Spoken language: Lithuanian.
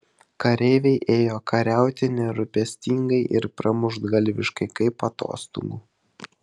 kareiviai ėjo kariauti nerūpestingai ir pramuštgalviškai kaip atostogų